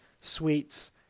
sweets